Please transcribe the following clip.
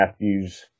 Matthew's